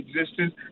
existence